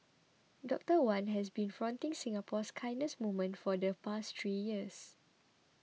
Doctor Wan has been fronting Singapore's kindness movement for the past three years